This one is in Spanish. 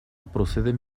proceden